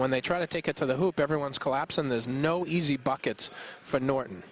when they try to take it to the hoop everyone's collapse and there's no easy buckets for norton